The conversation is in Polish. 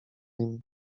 nim